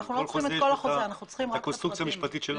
לכל חוזה יש את הקונסטרוקציה המשפטית שלו.